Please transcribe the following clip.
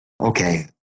okay